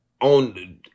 on